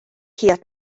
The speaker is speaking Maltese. qiegħed